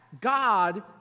God